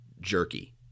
jerky